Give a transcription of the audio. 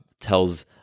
tells